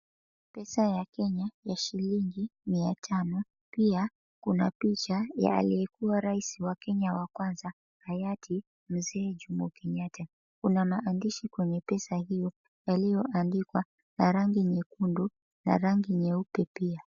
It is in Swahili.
Pesa ya Kenya ya shilingi mia tano pia kuna picha ya aliyekuwa rais wa kwanza hayati Mzee Jomo Kenyatta kuna maandishi kwenye pesa hiyo yalioandikwa na rangi nyekundu na rangi nyeupe pia.